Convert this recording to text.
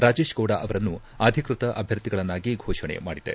ರಾಜೇಶ್ಗೌಡ ಅವರನ್ನು ಅಧಿಕೃತ ಅಭ್ಯರ್ಥಿಗಳನ್ನಾಗಿ ಘೋಷಣೆ ಮಾಡಿದೆ